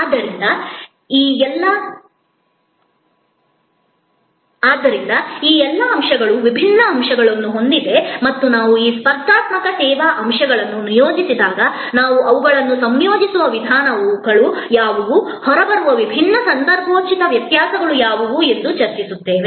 ಆದ್ದರಿಂದ ಈ ಎಲ್ಲಾ ಅಂಶಗಳು ವಿಭಿನ್ನ ಅಂಶಗಳನ್ನು ಹೊಂದಿವೆ ಮತ್ತು ನಾವು ಈ ಸ್ಪರ್ಧಾತ್ಮಕ ಸೇವಾ ಅಂಶಗಳನ್ನು ನಿಯೋಜಿಸಿದಾಗ ನಾವು ಅವುಗಳನ್ನು ಸಂಯೋಜಿಸುವ ವಿಧಾನಗಳು ಯಾವುವು ಹೊರಬರುವ ವಿಭಿನ್ನ ಸಂದರ್ಭೋಚಿತ ವ್ಯತ್ಯಾಸಗಳು ಯಾವುವು ಎಂದು ನಾವು ಚರ್ಚಿಸುತ್ತೇವೆ